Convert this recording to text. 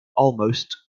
almost